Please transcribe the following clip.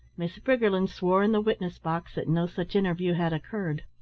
miss briggerland swore in the witness-box that no such interview had occurred.